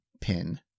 pin